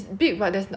then they still like